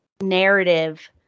narrative